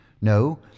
No